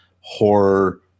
horror